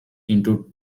into